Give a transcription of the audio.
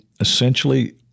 essentially